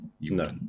no